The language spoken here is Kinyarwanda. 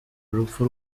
urupfu